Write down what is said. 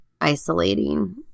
isolating